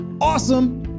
awesome